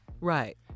Right